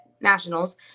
Nationals